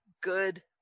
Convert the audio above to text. good